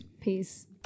peace